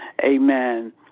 Amen